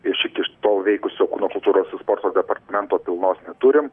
iš iki tol veikusio kūno kultūros ir sporto departamento pilnos neturim